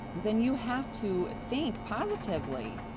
then you have to think positively.